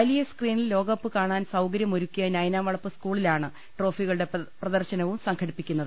വലിയ സ്ക്രീനിൽ ലോകകപ്പി കാണാൻ സൌകര്യമൊരുക്കിയ നൈനാംവളപ്പ് സ്കൂളിലാണ് ട്രോഫിക ളുടെ പ്രദർശനവും സംഘടിപ്പിച്ചിരിക്കുന്നത്